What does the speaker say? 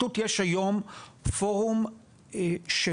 בפרקליטות יש היום פורום רפרנטים,